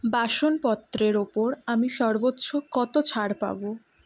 বাসনপত্রের ওপর আমি সর্বোচ্চ কত ছাড় পাবো